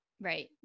Right